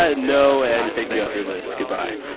ah no, and take me off your list. goodbye.